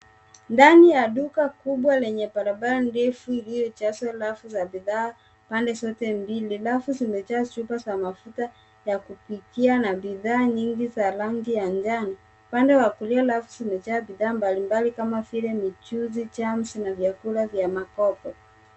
Ndani ya duka kubwa lenye barabara ndefu iliyojaza rafu za bidhaa pande zote mbili. Rafu zimejaa chupa za mafuta ya kupikia na bidhaa nyingi za rangi ya njano. Upande wa kulia, rafu zimejaa bidhaa mbalimbali kama vile michuzi, jams na vyakula vya makopo.